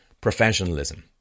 professionalism